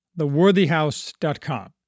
theworthyhouse.com